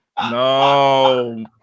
no